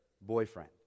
boyfriend